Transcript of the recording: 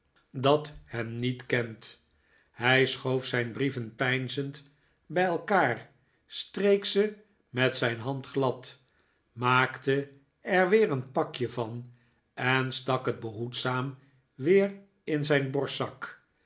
dat hem niet kent hij schoof zijn brieven peinzend bij elkaar streek ze met zijn hand glad maakte er weer een pakje van en stak het behoedzaam weer in zijn borstzak